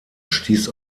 stieß